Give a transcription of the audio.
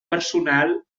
personal